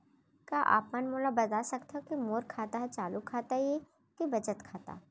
का आप मन मोला बता सकथव के मोर खाता ह चालू खाता ये के बचत खाता?